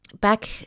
back